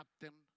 captain